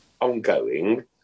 ongoing